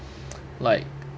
like